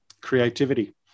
creativity